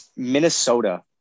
Minnesota